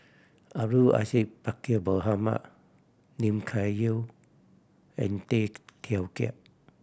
Abdul Aziz Pakkeer Mohamed Lim Kay Siu and Tay Teow Kiat